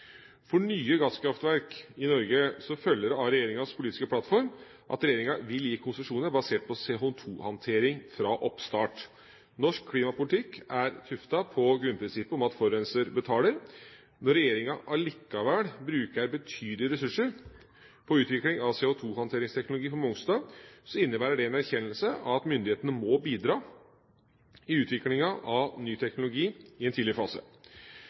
For nye gasskraftverk i Norge følger det av regjeringas politiske plattform at regjeringa vil gi konsesjoner basert på CO2-håndtering fra oppstart. Norsk klimapolitikk er tuftet på grunnprinsippet om at forurenser betaler. Når regjeringa likevel bruker betydelige ressurser på utvikling av CO2-håndteringsteknologi på Mongstad, innebærer dette en erkjennelse av at myndighetene må bidra i utviklingen av ny teknologi i en tidlig fase.